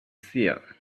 seer